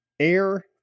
Air